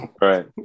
right